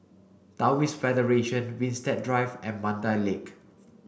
Taoist Federation Winstedt Drive and Mandai Lake